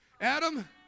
Adam